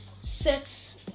sex